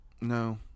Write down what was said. No